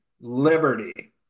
liberty